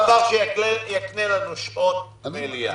דבר שיקנה לנו שעות מליאה.